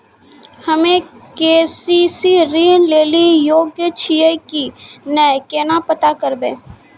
हम्मे के.सी.सी ऋण लेली योग्य छियै की नैय केना पता करबै?